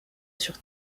sur